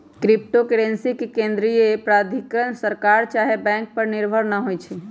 crypto currency के केंद्रीय प्राधिकरण सरकार चाहे बैंक पर निर्भर न होइ छइ